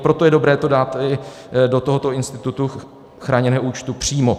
Proto je dobré to dát i do tohoto institutu chráněného účtu přímo.